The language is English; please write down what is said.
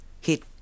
hit